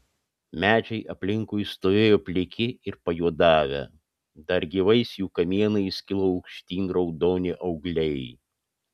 medžiai aplinkui stovėjo pliki ir pajuodavę dar gyvais jų kamienais kilo aukštyn raudoni augliai